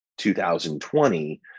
2020